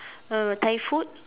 err Thai food